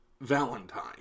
valentine